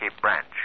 Branch